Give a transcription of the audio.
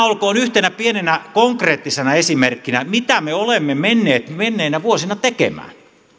olkoon yhtenä pienenä konkreettisena esimerkkinä siitä mitä me olemme menneet menneinä vuosina tekemään